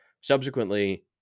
subsequently